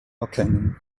erkennen